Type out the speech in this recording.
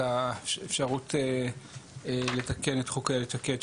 את האפשרות לתקן את חוק איילת שקד,